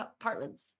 apartments